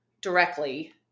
directly